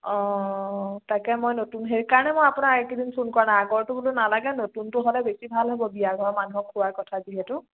অঁ তাকে মই নতুন সেইকাৰণে মই আপোনাক এইকেইদিন ফোন কৰা নাই আগৰটো বোলো নালাগে নতুনটো হ'লে বেছি ভাল হ'ব বিয়া ঘৰৰ মানুহক খুওৱাৰ কথা যিহেতু